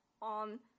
on